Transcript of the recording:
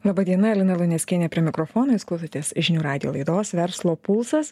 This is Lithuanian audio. laba diena lina luneckienė prie mikrofono jūs klausotės žinių radijo laidos verslo pulsas